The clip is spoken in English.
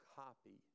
copy